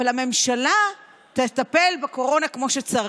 אבל הממשלה תטפל בקורונה כמו שצריך: